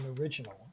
original